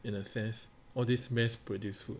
in a sense all this mass produced food